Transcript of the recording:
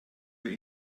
wir